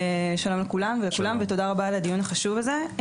שלום לכולם ותודה רבה על הדיון החשוב הזה.